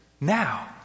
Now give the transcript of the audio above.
now